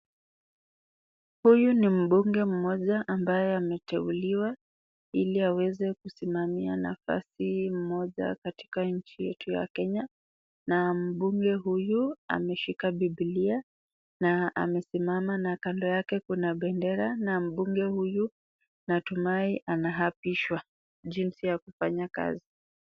Huyu ni mbunge mmoja ambaye ameteuliwa ili aweze kisimamia nafasi moja katika nchi yetu ya Kenya na mbunge huyu ameshika bibilia na amesimama na kando yake kuna bendera na mbunge huyu natumai anaapishwa.